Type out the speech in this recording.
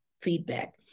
feedback